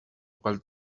cual